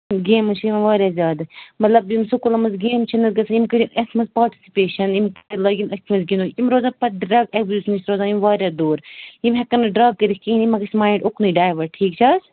games چھِ یِوان واریاہ زیادٕ مطلب یِم سکوٗلَن منٛز گیمہٕ چھِنہٕ حظ گژھان یِم کٔرِنۍ یَتھ منٛز پاٹسِپیشَن یِم لٲگِن أتھۍ سۭتۍ گِنٛدُن یِم روزَن پَتہٕ ڈرٛگ اٮ۪بیوٗز نِش روزَن یِم واریاہ دوٗر یِم ہٮ۪کَن نہٕ ڈرٛگ کٔرِتھ کِہیٖنۍ یِمَن گژھِ مایِنٛڈ اُکنُے ڈایوٲٹ ٹھیٖک چھِ حظ